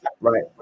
right